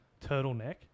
turtleneck